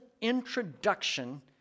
introduction